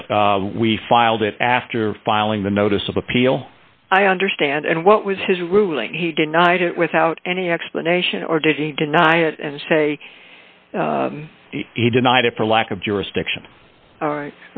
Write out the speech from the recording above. but we filed it after filing the notice of appeal i understand and what was his ruling he denied it without any explanation or did he deny it and say he denied it for lack of jurisdiction all right